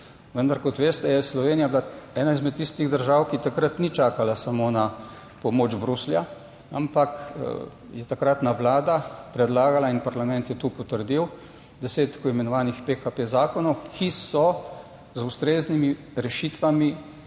Vendar, kot veste, je Slovenija bila ena izmed tistih držav, ki takrat ni čakala samo na pomoč Bruslja, ampak je takratna Vlada predlagala - in parlament je to potrdil - deset tako imenovanih PKP zakonov, ki so z ustreznimi rešitvami